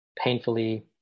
painfully